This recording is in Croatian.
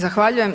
Zahvaljujem.